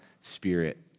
spirit